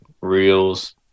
reels